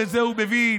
בזה הוא מבין.